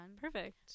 perfect